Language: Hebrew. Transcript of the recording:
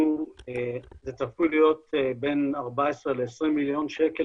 זה צפוי להיות בין 14 ל-20 מיליון שקל